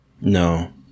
No